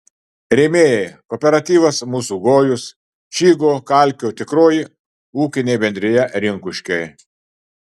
rėmėjai kooperatyvas mūsų gojus čygo kalkio tikroji ūkinė bendrija rinkuškiai